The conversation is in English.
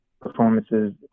performances